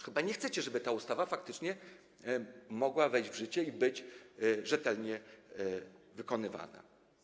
Chyba nie chcecie, żeby ta ustawa faktycznie mogła wejść w życie i być rzetelnie wykonywana.